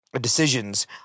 decisions